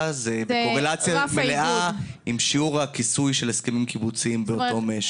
זה בקורלציה מלאה עם שיעור הכיסוי של הסכמים קיבוציים באותו משק.